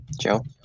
Joe